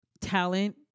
talent